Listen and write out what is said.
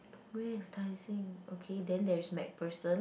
where is Tai-Seng okay then there is MacPherson